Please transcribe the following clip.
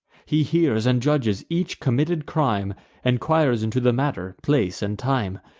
he hears and judges each committed crime enquires into the manner, place, and time.